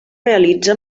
realitza